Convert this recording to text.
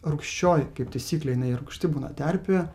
rūgščioj kaip taisyklė jinai rūgšti būna terpė